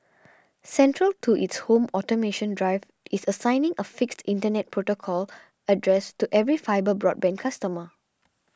central to its home automation drive is assigning a fixed internet protocol address to every fibre broadband customer